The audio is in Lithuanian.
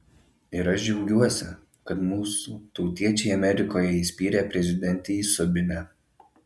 ir aš džiaugiuosi kad mūsų tautiečiai amerikoje įspyrė prezidentei į subinę